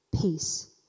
Peace